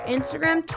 Instagram